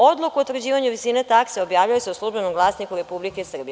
Odluka o utvrđivanju visine takse objavljuje se u „Službenom glasniku Republike Srbije“